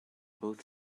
both